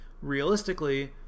realistically